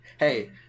Hey